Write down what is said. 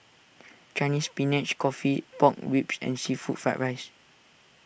Chinese Spinach Coffee Pork Ribs and Seafood Fried Rice